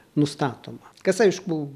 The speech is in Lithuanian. nustatoma kas aišku